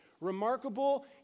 Remarkable